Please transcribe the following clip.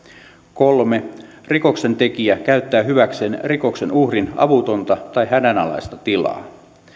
kolme rikoksentekijä käyttää hyväkseen rikoksen uhrin avutonta tai hädänalaista tilaa